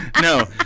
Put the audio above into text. No